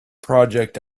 project